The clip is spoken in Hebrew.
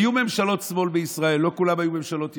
היו ממשלות שמאל בישראל, לא כולן היו ממשלות ימין,